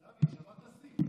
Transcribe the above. אתה שברת שיא.